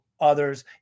others